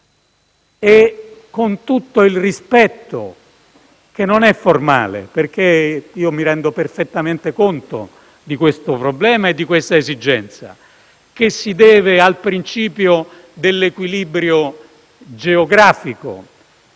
Con tutto il rispetto (che non è formale, perché io mi rendo perfettamente conto di questo problema e di questa esigenza) che si deve al principio dell'equilibrio geografico